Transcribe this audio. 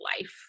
life